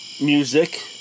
music